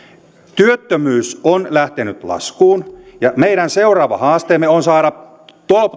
työttömyys on lähtenyt laskuun ja meidän seuraava haasteemme on saada